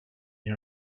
new